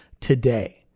today